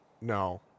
No